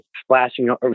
splashing